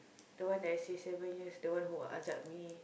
the one that i say seven years the one who ajak me